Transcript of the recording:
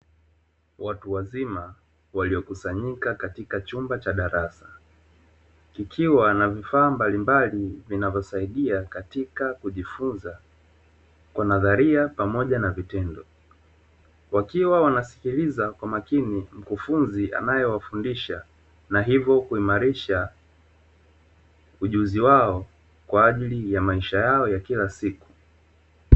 Watu wazima waliokusanyika katika chumba cha darasa, kikiwa kina vifaa mbalimbali vinavyosaidia katika kujifunza kwa nadharia na vitendo, wakiwa wanasikiliza kwa makini mkufunzi anayewafundisha na hivyo kuimrisha ujuzi wao kwaajili ya maisha yao ya kila siku.